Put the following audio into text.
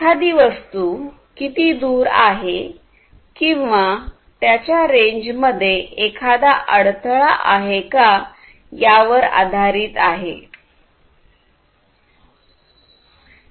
एखादी वस्तू किती दूर आहे किंवा त्याच्या रेंज मध्ये एखादा अडथळा आहे का यावर आधारित आहे